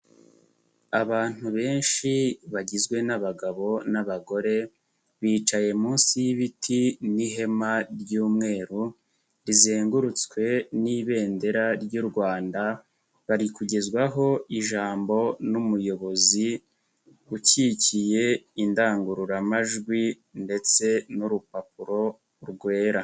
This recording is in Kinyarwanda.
Abantu benshi bagizwe n'abagabo n'abagore bicaye munsi y'ibiti n'ihema ry'umweru rizengurutswe n'Ibendera ry'u Rwanda, bari kugezwaho ijambo n'umuyobozi ukikiye indangururamajwi ndetse n'urupapuro rwera.